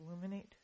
illuminate